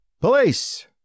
Police